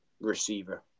receiver